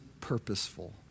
purposeful